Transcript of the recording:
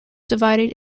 divided